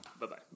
Bye-bye